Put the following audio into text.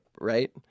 right